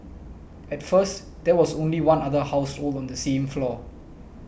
at first there was only one other household on the same floor